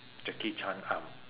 jackie chan arm